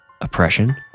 Oppression